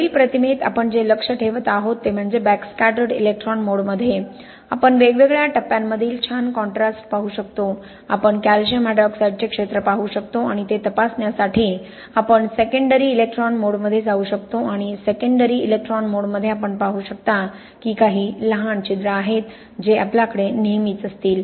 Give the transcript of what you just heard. वरील प्रतिमेत आपण जे लक्ष्य ठेवत आहोत ते म्हणजे बॅकस्कॅटर्ड इलेक्ट्रॉन मोडमध्ये आपण वेगवेगळ्या टप्प्यांमधील छान कॉन्ट्रास्ट पाहू शकतो आपण कॅल्शियम हायड्रॉक्साईडचे क्षेत्र पाहू शकतो आणि ते तपासण्यासाठी आपण सेकंडरी इलेक्ट्रॉन मोडमध्ये जाऊ शकतो आणि सेकंडरी इलेक्ट्रॉन मोडमध्ये आपण पाहू शकता की काही लहान छिद्र आहेत जे आपल्याकडे नेहमीच असतील